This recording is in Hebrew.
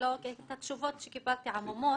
והתשובות שקיבלתי עמומות.